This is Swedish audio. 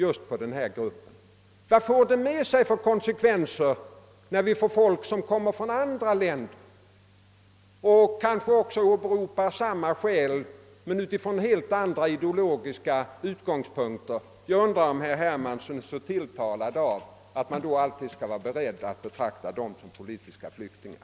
Vad skulle det medföra för konsekvenser när det kommer flyktingar från andra länder som kanske åberopar samma skäl men utifrån helt andra ideologiska utgångspunkter? Jag undrar om herr Hermansson skulle vara så tilltalad av att de också betraktades som politiska flyktingar.